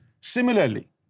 similarly